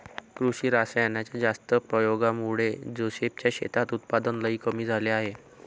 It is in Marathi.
कृषी रासायनाच्या जास्त प्रयोगामुळे जोसेफ च्या शेतात उत्पादन लई कमी झाले आहे